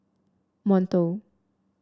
monto